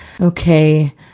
Okay